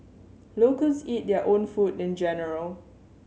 locals eat their own food in general